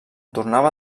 tornava